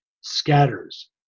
scatters